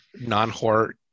non-horror